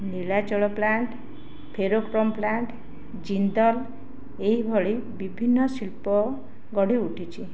Nilachal plant ferrochrome plant Jindal ଏହିଭଳି ବିଭିନ୍ନ ଶିଳ୍ପ ଗଢ଼ି ଉଠିଛି